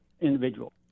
individual